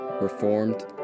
Reformed